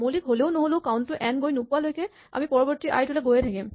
মৌলিক হ'লেও নহ'লেও কাউন্ট টো এন গৈ নোপোৱালৈকে আমি পৰৱৰ্তী আই টোলৈ গৈয়ে থাকিম